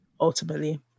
ultimately